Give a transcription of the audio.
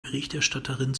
berichterstatterin